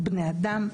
בני אדם,